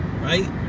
Right